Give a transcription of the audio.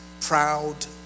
proud